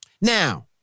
now